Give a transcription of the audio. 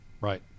Right